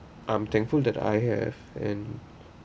I'm thankful that I have and